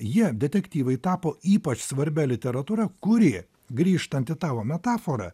jie detektyvai tapo ypač svarbia literatūra kuri grįžtant į tavo metaforą